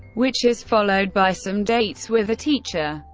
which is followed by some dates with a teacher.